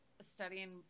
studying